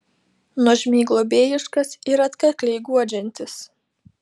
nuožmiai globėjiškas ir atkakliai guodžiantis